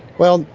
well,